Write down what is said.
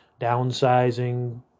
downsizing